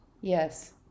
yes